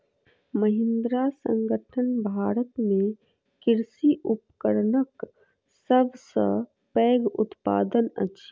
महिंद्रा संगठन भारत में कृषि उपकरणक सब सॅ पैघ उत्पादक अछि